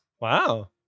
Wow